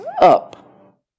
up